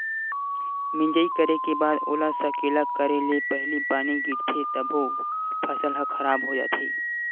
मिजई करे के बाद ओला सकेला करे ले पहिली पानी गिरगे तभो फसल ह खराब हो जाथे